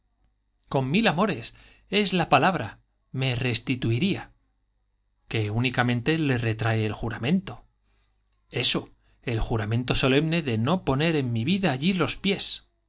con mil amores esa es la palabra me restituiría que únicamente le retrae el juramento eso el juramento solemne de no poner en mi vida allí los pies